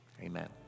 Amen